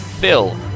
Phil